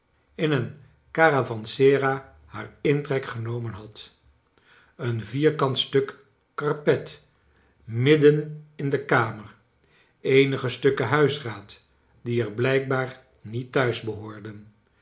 in een caravans era haar intrek genomen had een vierkant stukje karpet midden in de kamer eenige stukken huisraad die er blijkbaar niet thuis behoorden